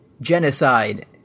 Genocide